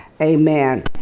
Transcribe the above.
amen